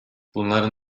bunların